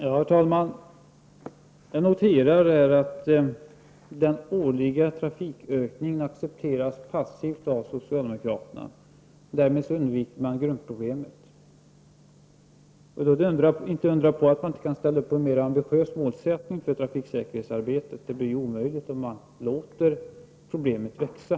| Herr talman! Jag noterar att socialdemokraterna passivt accepterar den årliga trafikökningen. Därmed undviker man grundproblemet. Då är det inte att undra på att socialdemokraterna inte kan ställa upp för en mer ambitiös målsättning i fråga om trafiksäkerhetsarbetet. Detta blir ju omöjligt om man låter problemet växa.